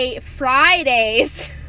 Fridays